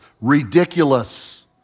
ridiculous